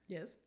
Yes